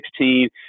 2016